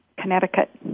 Connecticut